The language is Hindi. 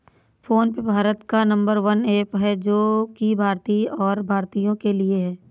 फोन पे भारत का नंबर वन ऐप है जो की भारतीय है और भारतीयों के लिए है